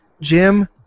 Jim